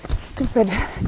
Stupid